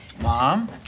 Mom